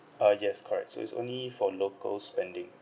ah yes correct so it's only for local spending